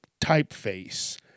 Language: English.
typeface